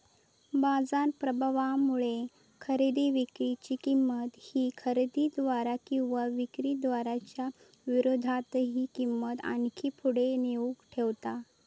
बाजार प्रभावामुळे खरेदी विक्री ची किंमत ही खरेदीदार किंवा विक्रीदाराच्या विरोधातही किंमत आणखी पुढे नेऊन ठेवता